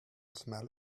smell